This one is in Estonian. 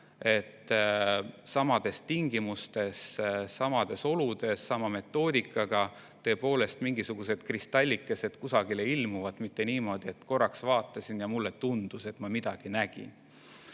samades tingimustes, samades oludes, sama metoodikaga. Et mingisugused kristallikesed tõepoolest kusagile ilmuvad, mitte niimoodi, et korraks vaatasin ja mulle tundus, et ma midagi nägin.